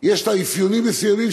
יש לה אפיונים מסוימים,